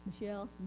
Michelle